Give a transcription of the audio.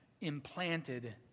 implanted